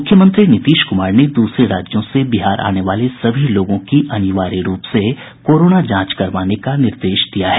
मुख्यमंत्री नीतीश कुमार ने दूसरे राज्यों से बिहार आने वाले सभी लोगों की अनिवार्य रूप से कोरोना जांच करवाने का निर्देश दिया है